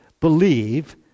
believe